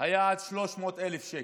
היה עד 300,000 שקל,